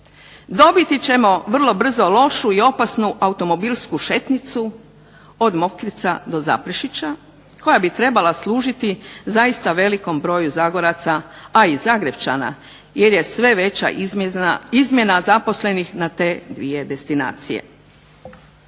dobiti ćemo vrlo brzo lošu i opasnu automobilsku šetnicu od Mokrica do Zaprešića koja bi trebala služiti zaista velikom broju Zagoraca, a i Zagrepčana jer je sve veća izmjena zaposlenih na te dvije destinacije.